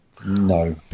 No